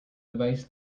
device